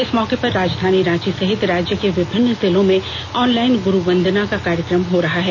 इस मौके पर राजधानी रांची सहित राज्य के विभिन्न जिलों में ऑनलाइन गुरू वंदना का कार्यक्रम हो रहा है